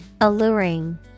Alluring